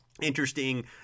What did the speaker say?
Interesting